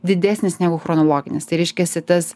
didesnis negu chronologinis tai reiškiasi tas